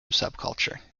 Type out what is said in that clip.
subculture